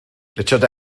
richard